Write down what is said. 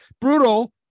Brutal